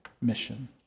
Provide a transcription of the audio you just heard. mission